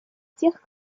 тех